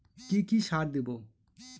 কি কি সার দেবো?